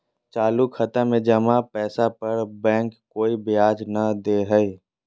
चालू खाता में जमा पैसा पर बैंक कोय ब्याज नय दे हइ